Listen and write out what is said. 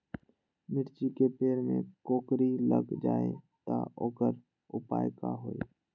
मिर्ची के पेड़ में कोकरी लग जाये त वोकर उपाय का होई?